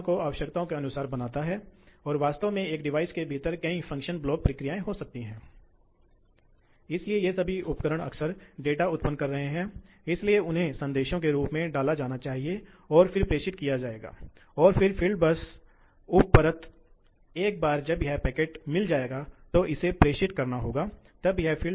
तो यह आवश्यक क्षेत्र है यह ऊर्जा है और इसी तरह इस मामले के लिए दूसरा ऑपरेटिंग बिंदु यह ऊर्जा है और तीसरे ऑपरेटिंग बिंदु के लिए यह ऊर्जा है इसलिए तीसरे ऑपरेटिंग बिंदु के लिए यह ऊर्जा है तो आप यह अच्छी तरह से समझ सकते हैं कि ऊर्जा बहुत तेजी से गिरती है इसलिए ऐसा है